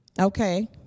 Okay